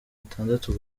atandatu